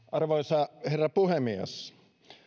arvoisa herra puhemies